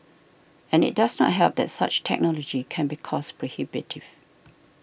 and it does not help that such technology can be cost prohibitive